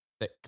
thick